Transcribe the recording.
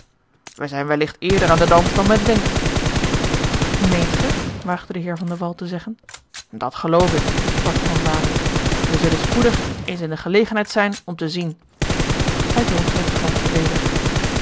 wij zijn welligt eerder aan den dans dan men denkt meent ge waagde de heer van de wall te zeggen dat geloof ik sprak van banen wij zullen spoedig eens in de gelegenheid zijn om te zien hij dronk zijn glas ledig